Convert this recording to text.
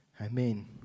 Amen